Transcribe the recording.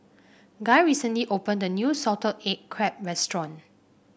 Guy recently opened a new Salted Egg Crab restaurant